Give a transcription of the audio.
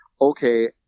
okay